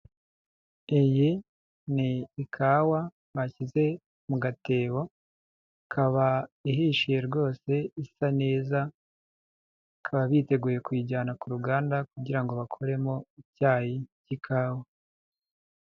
Iyi ni ikawa bashyize mu gatebo, ikaba ihishiye rwose isa neza, bakaba biteguye kuyijyana ku ruganda kugira ngo bakuremo icyayi cy'ikawa.